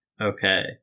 Okay